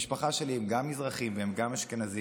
המשפחה שלי הם גם מזרחים והם גם אשכנזים,